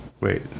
wait